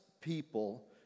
people